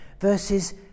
verses